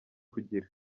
kugira